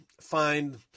find